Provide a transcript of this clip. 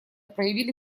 проявили